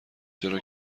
چرا